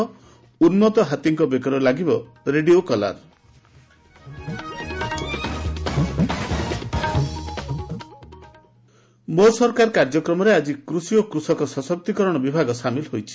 ଉନ୍କଉ ହାତୀଙ୍କ ବେକରେ ଲାଗିବ ରେଡିଓ କଲାର ମୋ ସରକାର ମୋ ସରକାର କାର୍ଯ୍ୟକ୍ରମରେ ଆଜି କୃଷି ଓ କୃଷକ ସଶକ୍ତିକରଣ ବିଭାଗ ସାମିଲ ହୋଇଛି